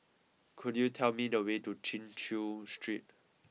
could you tell me the way to Chin Chew Street